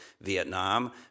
Vietnam